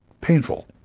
painful